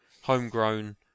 homegrown